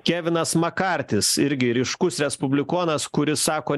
kevinas makartis irgi ryškus respublikonas kuris sako